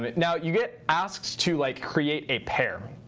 now, you get asked to like create a pair.